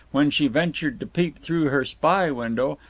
when she ventured to peep through her spy window,